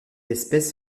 espèce